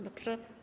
Dobrze?